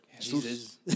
Jesus